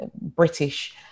British